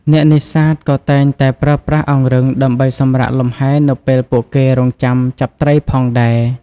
អ្នកនេសាទក៏តែងតែប្រើប្រាស់អង្រឹងដើម្បីសម្រាកលំហែនៅពេលពួកគេរង់ចាំចាប់ត្រីផងដែរ។